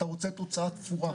אתה רוצה תוצאה תפורה.